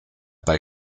bei